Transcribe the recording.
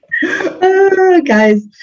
Guys